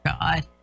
God